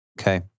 okay